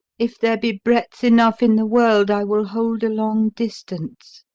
if there be breadth enough in the world, i will hold a long distance.